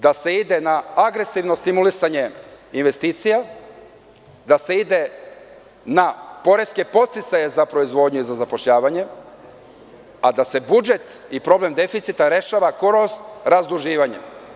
Da se ide na agresivno stimulisanje investicija, da se ide na poreske podsticaje za proizvodnju i zapošljavanje, a da se budžet i problem deficita rešava kroz razduživanje.